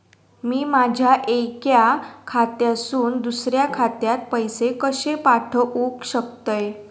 मी माझ्या एक्या खात्यासून दुसऱ्या खात्यात पैसे कशे पाठउक शकतय?